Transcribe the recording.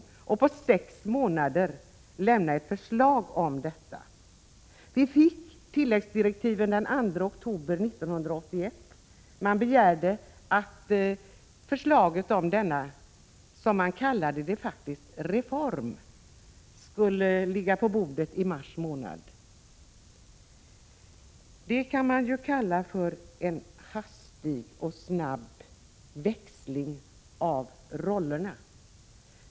Vi hade sex månader på oss att lämna ett förslag om detta. Tilläggsdirektivet kom den 2 oktober 1981, och det begärdes att förslaget om denna reform, som man kallade det, skulle ligga på riksdagens bord i mars månad året därpå. Där kunde man tala om en hastig och snabb växling av rollerna.